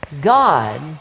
God